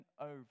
over